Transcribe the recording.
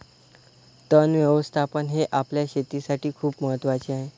तण व्यवस्थापन हे आपल्या शेतीसाठी खूप महत्वाचे आहे